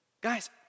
Guys